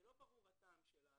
שלא ברור הטעם שלה,